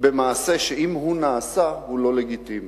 במעשה שאם הוא נעשה, הוא לא לגיטימי.